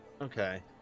Okay